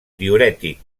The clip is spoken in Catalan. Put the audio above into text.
diürètic